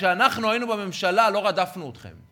כשאנחנו היינו בממשלה לא רדפנו אתכם,